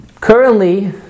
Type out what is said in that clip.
Currently